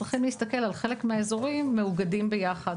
צריכים להסתכל על חלק מהאזורים מאוגדים ביחד.